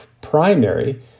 primary